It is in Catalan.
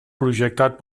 projectat